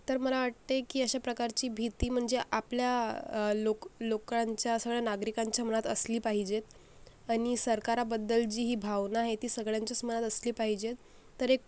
तर मला वाटतं आहे की अशा प्रकारची भीती म्हणजे आपल्या लोक लोकांच्या सगळ्या नागरिकांच्या मनात असली पाहिजे आणि सरकारबद्दल जीही भावना आहे ती सगळ्यांच्याच मनात असली पाहिजे तर एक